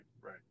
right